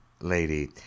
lady